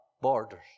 Borders